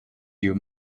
you